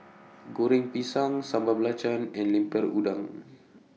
Goreng Pisang Sambal Belacan and Lemper Udang